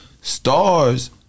Stars